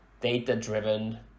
data-driven